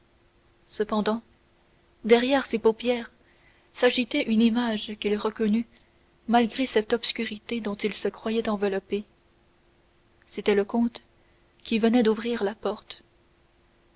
cependant derrière ses paupières s'agitait une image qu'il reconnut malgré cette obscurité dont il se croyait enveloppé c'était le comte qui venait d'ouvrir la porte